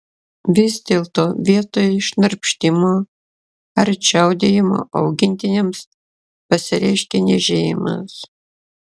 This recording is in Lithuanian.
vis dėlto vietoj šnarpštimo ar čiaudėjimo augintiniams pasireiškia niežėjimas